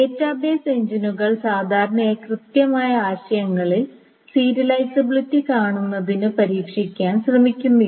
database എഞ്ചിനുകൾ സാധാരണയായി കൃത്യമായ ആശയങ്ങളിൽ സീരിയലിസബിലിറ്റി കാണുന്നതിന് പരീക്ഷിക്കാൻ ശ്രമിക്കുന്നില്ല